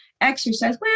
exercise